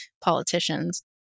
politicians